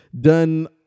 done